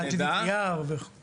וצרות אחרות.